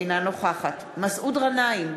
אינה נוכחת מסעוד גנאים,